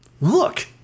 Look